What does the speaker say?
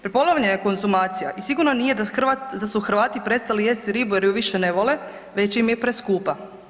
Prepolovljena je konzumacija i sigurno nije da su Hrvati prestali jesti ribu jer je više ne vole, već im je preskupa.